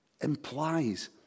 implies